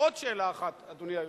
עוד שאלה אחת, אדוני היושב-ראש,